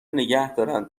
نگهدارن